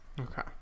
Okay